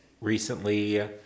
recently